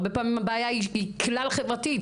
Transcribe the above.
הרבה פעמים הבעיה היא כלל חברתית,